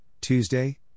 Tuesday